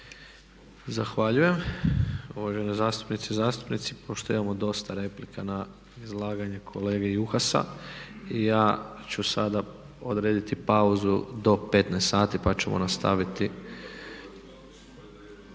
Zahvaljujem. Uvažene zastupnice i zastupnici, pošto imamo dosta replika na izlaganje kolega Juhasa, ja ću sada odrediti pauzu do 15 sati pa ćemo nastaviti.